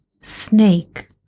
snake